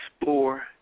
explore